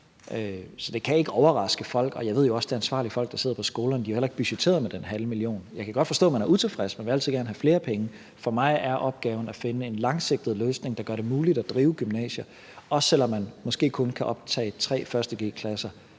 Så det kan ikke overraske folk, og jeg ved jo også, at de ansvarlige folk, der sidder på skolerne, heller ikke har budgetteret med den halve million. Jeg kan godt forstå, at man er utilfreds; man vil altid gerne have flere penge. For mig er opgaven at finde en langsigtet løsning, der gør det muligt at drive gymnasier, også selv om man måske kun kan optage tre 1. g-klasser